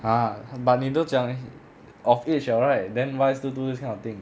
!huh! but 你都讲 of age 了 right then why still do these kind of thing